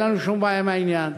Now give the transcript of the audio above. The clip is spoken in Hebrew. אין לנו שום בעיה עם העניין,